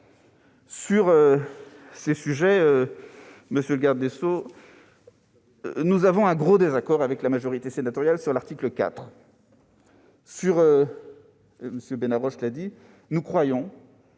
À cet égard, monsieur le garde des sceaux, nous avons un gros désaccord avec la majorité sénatoriale sur l'article 4. Comme M. Benarroche l'a dit, nous croyons